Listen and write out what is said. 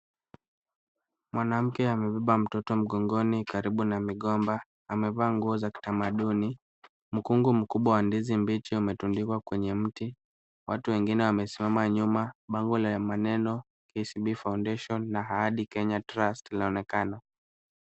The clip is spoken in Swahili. Mwanamume amebeba mtoto mgongoni karibu na migomba. Amevaa nguo za kitamaduni. Mkungu mkubwa wa ndizi mbichi umetundiwa kwenye mti. Watu wengine wamesimama nyuma. Bango lenye maneno KCB foundation Na Ahadi Kenya Trust linaonekana.